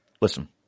Listen